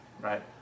Right